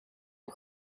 een